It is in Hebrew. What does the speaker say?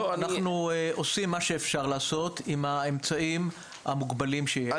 אנחנו עושים מה שאפשר לעשות עם האמצעים המוגבלים שיש לנו.